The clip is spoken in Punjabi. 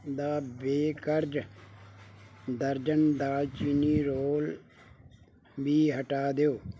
ਦ ਬੇਕਰਜ਼ ਦਰਜਨ ਦਾਲਚੀਨੀ ਰੋਲ ਵੀ ਹਟਾ ਦਿਓ